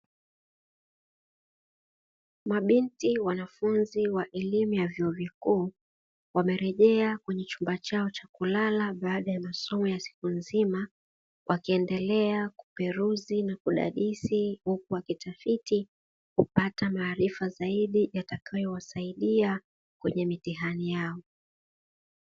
Mabinti wanafunzi wa vyuo vikuu wamerejea kwenye chumba chao cha kulala baada ya masomo ya siku nzima, wakiendelea kuperuzi na kudadisi huku wakiperuzi ili kupata maarifa zaidi yatakayowasaidia kwenye mitihani yao.